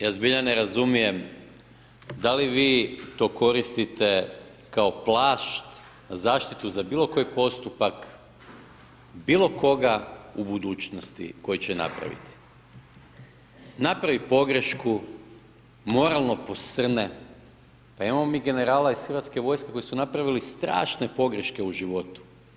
Ja zbilja ne razumijem da li vi koristite kao plašt, zaštitu za bilokoji postupak bilokoga u budućnosti koji će napraviti, napravi pogrešku, moralno posrne, pa imamo mi generala iz HV-a koji su napravili strašne pogreške u životu.